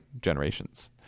generations